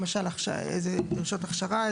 למשל דרישות הכשרה,